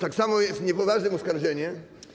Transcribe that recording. Tak samo jest niepoważnym oskarżeniem.